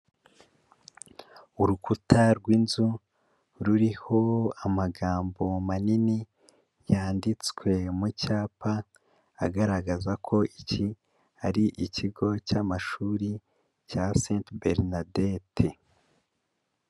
Urukuta rw'inzu ruriho amagambo manini yanditswe mu cyapa, agaragaza ko iki ari ikigo cy'amashuri cya Sainte Bernadette.